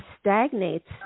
stagnates